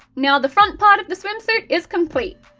now the front part of the swimsuit is complete!